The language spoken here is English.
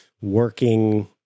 working